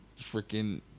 freaking